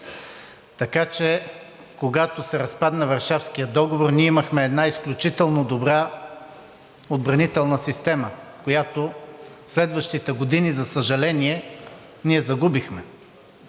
Така че, когато се разпадна Варшавският договор, ние имахме една изключително добра отбранителна система, която следващите години, за съжаление, ние загубихме.